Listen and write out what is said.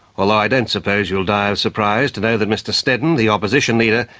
although i don't suppose you'll die of surprise to know that mr snedden, the opposition leader,